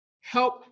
help